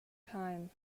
time